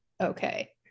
okay